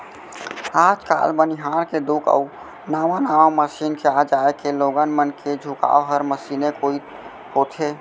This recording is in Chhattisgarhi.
आज काल बनिहार के दुख अउ नावा नावा मसीन के आ जाए के लोगन मन के झुकाव हर मसीने कोइत होथे